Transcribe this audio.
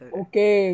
okay